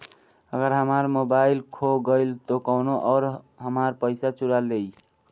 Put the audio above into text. अगर हमार मोबइल खो गईल तो कौनो और हमार पइसा चुरा लेइ?